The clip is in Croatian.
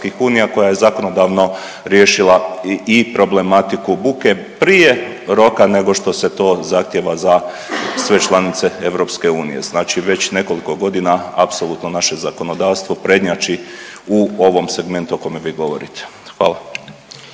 koja je zakonodavno riješila i problematiku buke prije roka nego što se to zahtjeva za sve članice EU. Znači već nekoliko godina apsolutno naše zakonodavstvo prednjači u ovom segmentu o kome vi govorite. Hvala.